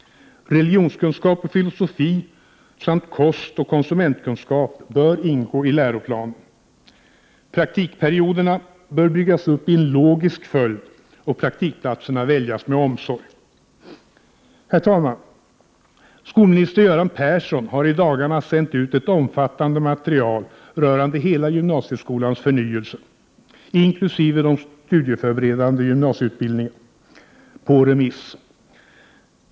Religionskunskap och filosofi samt kostoch konsumentkunskap bör ingå i läroplanen. Praktikperioderna bör byggas upp i en logisk följd och praktikplatserna väljas med omsorg. Herr talman! Skolminister Göran Persson har i dagarna sänt på remiss ett omfattande material rörande hela gymnasieskolans förnyelse inkl. den studieförberedande gymnasieutbildningen.